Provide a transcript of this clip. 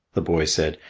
the boy said,